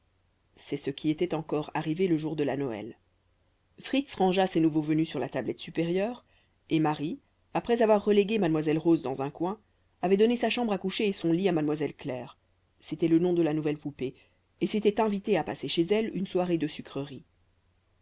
c'est ce qui était encore arrivé le jour de la noël fritz rangea ses nouveaux venus sur la tablette supérieure et marie après avoir relégué mademoiselle rose dans un coin avait donné sa chambre à coucher et son lit à mademoiselle claire c'était le nom de la nouvelle poupée et s'était invitée à passer chez elle une soirée de sucreries